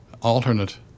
alternate